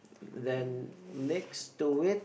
then next to it